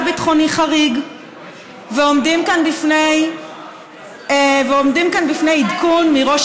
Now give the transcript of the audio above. ביטחוני חריג ועומדים כאן בפני עדכון מראש